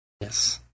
Yes